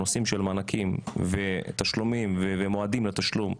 בנושאים של מענקים ותשלומים ומועדים לתשלום.